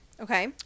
Okay